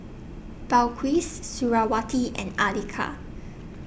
Balqis Suriawati and Andika